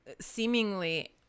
seemingly –